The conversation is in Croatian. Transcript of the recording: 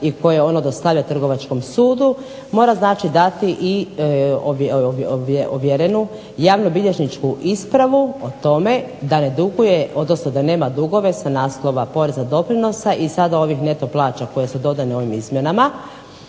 i koje ono dostavlja Trgovačkom sudu mora znači dati i ovjerenu javno-bilježničku ispravu o tome da ne duguje, odnosno da nema dugove sa naslova poreza doprinosa i sada ovih neto plaća koje su dodane ovim izmjenama.